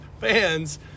fans